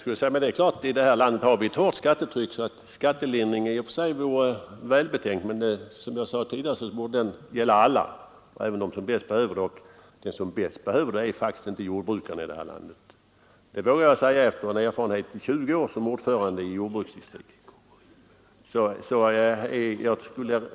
Herr talman! I det här landet har vi ett hårt skattetryck, och skattelindring vore i och för sig välbetänkt, men som jag sade tidigare borde den gälla alla, även dem som bäst behöver den. Och de som bäst behöver skattelindring är faktiskt inte jordbrukarna, det vågar jag säga efter 20 års erfarenhet som ordförande i ett jordbrukstaxeringsdistrikt.